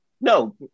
no